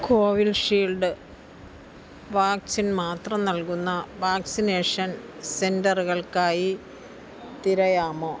Covishield vaccine മാത്രം നൽകുന്ന vaccination സെൻററുകൾക്കായി തിരയാമോ